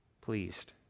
pleased